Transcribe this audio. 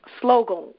slogan